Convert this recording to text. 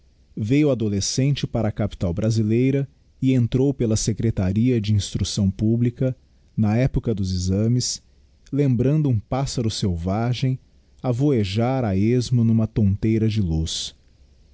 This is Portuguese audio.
veio adolescente para a capital brasileira e entrou pela secretaria de instrucção publica na época dos exames lembrando um pássaro selvagem a voejar a esmo numa tonteira de luz